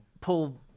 pull